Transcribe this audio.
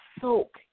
soak